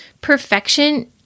Perfection